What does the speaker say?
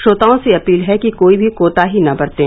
श्रोताओं से अपील है कि कोई भी कोताही न बरतें